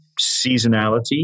seasonality